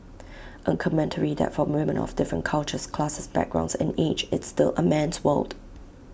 A commentary that for women of different cultures classes backgrounds and age it's still A man's world